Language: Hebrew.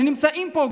שנמצאים פה,